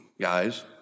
guys